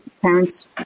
parents